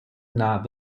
not